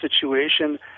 situation